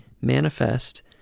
manifest